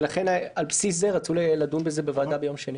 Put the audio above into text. ולכן על בסיס זה רצו לדון בזה בוועדה ביום שני.